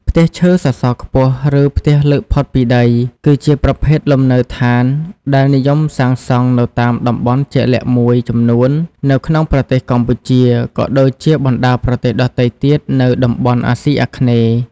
ផ្ទះឈើសសរខ្ពស់ ឬផ្ទះលើកផុតពីដី គឺជាប្រភេទលំនៅឋានដែលនិយមសាងសង់នៅតាមតំបន់ជាក់លាក់មួយចំនួននៅក្នុងប្រទេសកម្ពុជា ក៏ដូចជាបណ្តាប្រទេសដទៃទៀតនៅតំបន់អាស៊ីអាគ្នេយ៍ ។